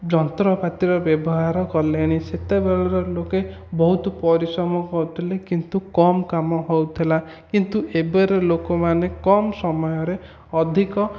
ଯନ୍ତ୍ରପାତିର ବ୍ୟବହାର କଲେଣି ସେତେବେଳର ଲୋକ ବହୁତ ପରିଶ୍ରମ କରୁଥିଲେ କିନ୍ତୁ କମ୍ କାମ ହେଉଥିଲା କିନ୍ତୁ ଏବେର ଲୋକମାନେ କମ୍ ସମୟରେ ଅଧିକ